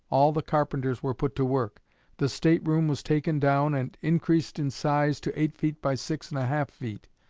all the carpenters were put to work the state-room was taken down and increased in size to eight feet by six and a half feet.